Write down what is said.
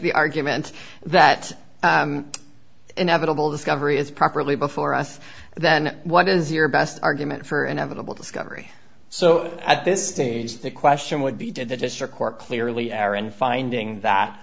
the argument that inevitable discovery is properly before us then what is your best argument for inevitable discovery so at this stage the question would be did the district court clearly erin finding that